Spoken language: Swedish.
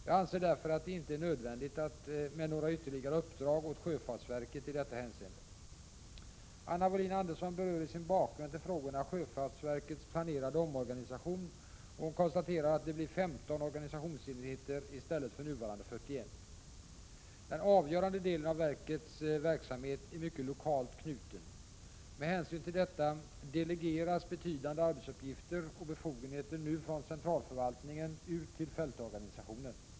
Jag anser därför att det inte är nödvändigt med några ytterligare uppdrag åt sjöfartsverket i detta hänseende. Anna Wohlin-Andersson berör i sin bakgrund till frågorna sjöfartsverkets planerade omorganisation, och hon konstaterar att det blir 15 organisationsenheter i stället för nuvarande 41. Den avgörande delen av verkets verksamhet är mycket lokalt knuten. Med hänsyn till detta delegeras betydande arbetsuppgifter och befogenheter nu från centralförvaltningen ut till fältorganisationen.